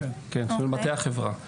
כן, במטה החברה.